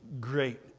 great